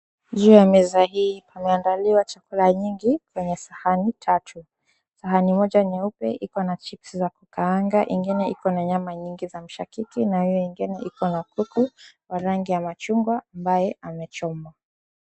Juu ya meza hii pameandaliwa chakula nyingi kwenye sahani tatu. Sahani moja nyeupe iko na chips za kukaanga, ingine iko na nyama nyingi za mshakiki na hiyo ingine iko na kuku wa rangi ya machungwa ambaye amechomwa.